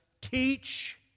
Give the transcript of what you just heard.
teach